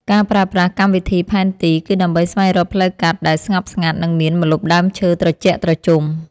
ការប្រើប្រាស់កម្មវិធីផែនទី គឺដើម្បីស្វែងរកផ្លូវកាត់ដែលស្ងប់ស្ងាត់ និងមានម្លប់ដើមឈើត្រជាក់ត្រជុំ។